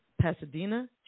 Pasadena